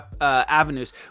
avenues